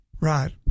Right